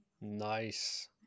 Nice